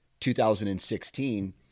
2016